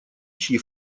чьи